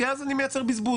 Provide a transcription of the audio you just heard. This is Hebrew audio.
כי אז אני מייצר בזבוז.